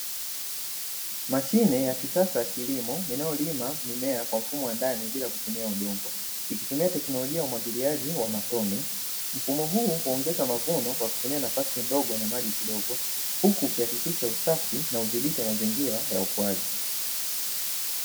Mashine ya kisasa ya kilimo inayolima mimea kwa mfumo wa ndani bila kutumia udongo, ikitumia teknolojia ya umwagiliaji wa matone. Mfumo huu huongeza mavuno kwa kutumia nafasi ndogo na maji kidogo huku ukihakikisha usafi na udhibiti wa mazingira ya ukuaji.